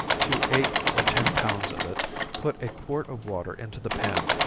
to eight or ten pounds of it put a quart of water into the pan,